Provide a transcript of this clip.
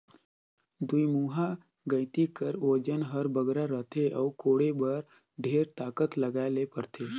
दुईमुहा गइती कर ओजन हर बगरा रहथे अउ कोड़े बर ढेर ताकत लगाए ले परथे